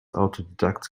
autodidakt